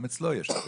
גם אצלו יש.